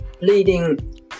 leading